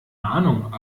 ahnung